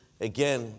Again